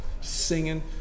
singing